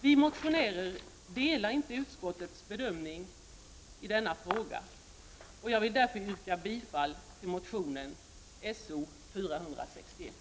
Vi motionärer delar inte utskottets bedömning i denna fråga. Jag yrkar därför bifall till motion S§0461.